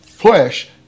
flesh